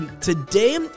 Today